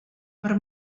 per